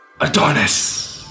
Adonis